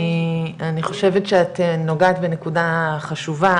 אני חושבת שאת נוגעת בנקודה חשובה,